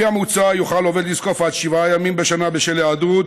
לפי המוצע יוכל עובד לזקוף עד שבעה ימים בשנה של היעדרות,